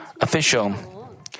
official